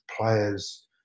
players